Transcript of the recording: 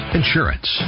insurance